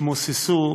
ויתמוססו